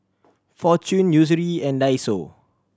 Fortune and Daiso